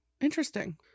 interesting